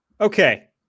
Okay